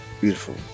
beautiful